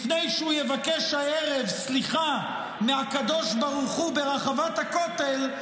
לפני שהוא יבקש הערב סליחה מהקדוש ברוך הוא ברחבת הכותל,